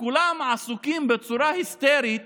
כולם עסוקים בצורה היסטרית,